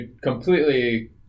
completely